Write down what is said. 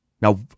Now